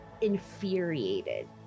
infuriated